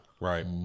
Right